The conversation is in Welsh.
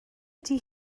ydy